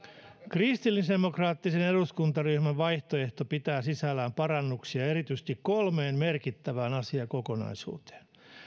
kristillisdemokraattisen eduskuntaryhmän vaihtoehto pitää sisällään parannuksia erityisesti kolmeen merkittävään asiakokonaisuuteen